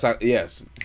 Yes